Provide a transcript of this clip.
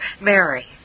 Mary